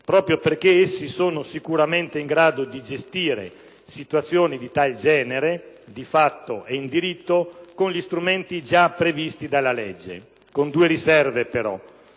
proprio perché essi sono sicuramente in grado di gestire situazioni di tal genere, di fatto e in diritto, con gli strumenti già previsti dalla legge, ma con due riserve.